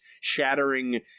shattering